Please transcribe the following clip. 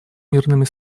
мирными